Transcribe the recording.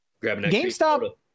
GameStop